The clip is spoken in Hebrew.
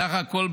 סך הכול,